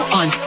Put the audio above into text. on